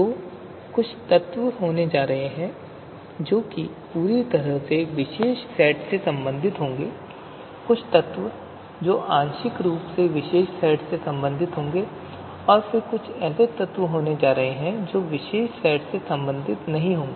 तो कुछ तत्व होने जा रहे हैं जो पूरी तरह से विशेष सेट से संबंधित होंगे कुछ तत्व जो आंशिक रूप से विशेष सेट से संबंधित होंगे और फिर ऐसे तत्व होने जा रहे हैं जो विशेष सेट से संबंधित नहीं होंगे